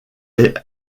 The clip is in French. est